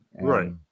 Right